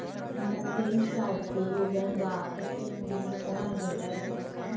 हमरा credit card केँ विवरण वा स्टेटमेंट कोना भेटत?